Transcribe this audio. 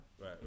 Right